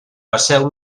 passeu